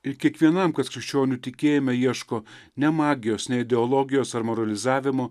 ir kiekvienam kas krikščionių tikėjime ieško ne magijos ne ideologijos ar moralizavimų